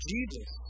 Jesus